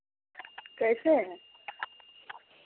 कैसे है